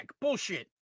Bullshit